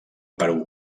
perú